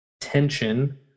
tension